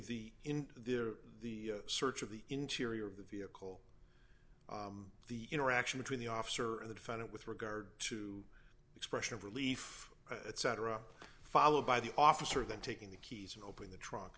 there the search of the interior of the vehicle the interaction between the officer of the defendant with regard to expression of relief cetera followed by the officer then taking the key to open the tru